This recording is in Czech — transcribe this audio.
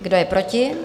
Kdo je proti?